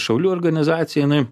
šaulių organizacija jinai